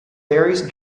various